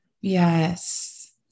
yes